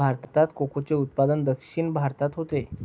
भारतात कोकोचे उत्पादन दक्षिण भारतात होते